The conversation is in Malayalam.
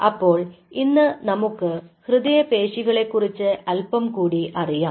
അപ്പോൾ ഇന്ന് നമുക്ക് ഹൃദയപേശികളെ കുറിച്ച് അല്പം കൂടി അറിയാം